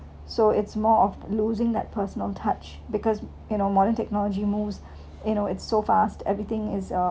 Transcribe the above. so it's more of losing that personal touch because you know modern technology moves you know it's so fast everything is uh